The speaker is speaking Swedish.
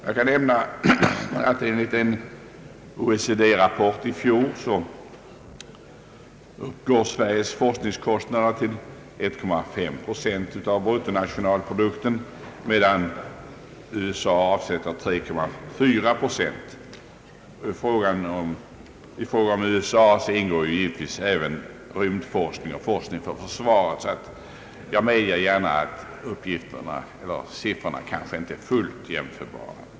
Jag kan nämna att enligt en OECD-rapport i fjol uppgår Sveriges forskningskostnader till 1,5 procent av bruttonationalinkomsten, medan USA avsätter 3,4 procent. För USA:s del ingår givetvis också rymdforskning och forskning för försvaret, varför siffrorna kanske inte är fullt jämförbara.